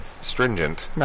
stringent